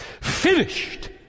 finished